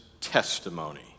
testimony